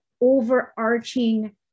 overarching